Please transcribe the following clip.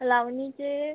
लावणीचे